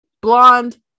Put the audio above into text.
blonde